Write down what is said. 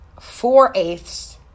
four-eighths